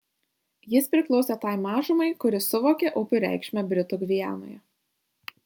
jis priklausė tai mažumai kuri suvokė upių reikšmę britų gvianoje